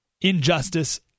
injustice